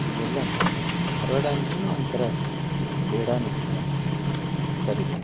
ಇಲ್ಲೆಲ್ಲ ಧಾರವಾಡ ಅಂದರೇನೆ ಒಂಥರ ಪೇಡಾ ನಗರಿ ಅಂತ ನೀವು ಕರಿಬೋದು